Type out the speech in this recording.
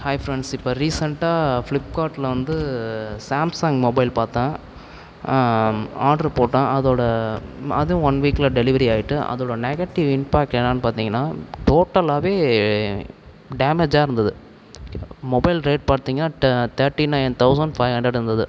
hi friends இப்போ ரீசெண்டாக ஃபிளிப்கார்ட்டில் வந்து சாம்சங் மொபைல் பார்த்தேன் ஆட்ரு போட்டேன் அதோடு அதுவும் ஒன் வீக்கில் டெலிவரி ஆயிட்டுது அதோடய நெகடிவ் இம்பேக்ட் என்னனு பார்த்திங்கன்னா டோட்டலாகவே டேமெஜ்ஜாக இருந்துது மொபைல் ரேட் பார்த்திங்கன்னா தேட்டி நயன் தௌசண்ட் ஃபைவ் ஹண்ட்ரட் இருந்தது